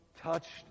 touched